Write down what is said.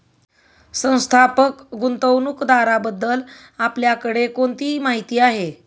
संस्थात्मक गुंतवणूकदाराबद्दल आपल्याकडे कोणती माहिती आहे?